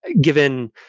given